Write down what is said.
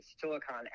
silicon